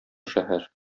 шәһәр